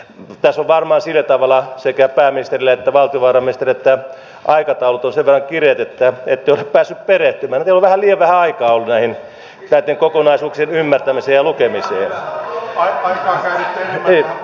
tässä on varmaan sillä tavalla sekä pääministerillä että valtiovarainministerillä että aikataulut ovat sen verran kireät että ette ole päässeet tähän perehtymään teillä on vähän liian vähän aikaa ollut näitten kokonaisuuksien ymmärtämiseen ja lukemiseen